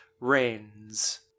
Rains